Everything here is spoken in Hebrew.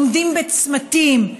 עומדים בצמתים,